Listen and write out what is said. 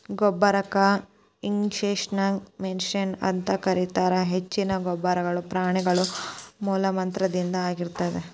ಗೊಬ್ಬರಕ್ಕ ಇಂಗ್ಲೇಷನ್ಯಾಗ ಮೆನ್ಯೂರ್ ಅಂತ ಕರೇತಾರ, ಹೆಚ್ಚಿನ ಗೊಬ್ಬರಗಳು ಪ್ರಾಣಿಗಳ ಮಲಮೂತ್ರದಿಂದ ಆಗಿರ್ತೇತಿ